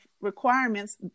requirements